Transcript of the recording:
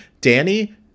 Danny